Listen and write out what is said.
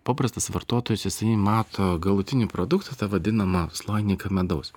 paprastas vartotojas jisai mato galutinį produktą tą vadinamą sloiniką medaus